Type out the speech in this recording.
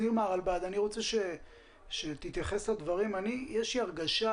הרלב"ד, שניר, יש לי הרגשה